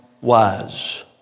wise